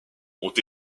ont